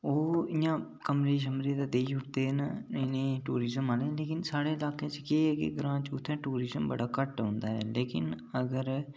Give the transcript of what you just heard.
ओह् इ'यां कमरे शमरे ते देई छोड़दे न नेईं नेईं टूरिजम आह्ले लेकिन साढ़े इलाके केह् ऐ के ग्रां च टूरिजम बड़ा घट्ट औंदा ऐ लेकिन अगर